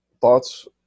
thoughts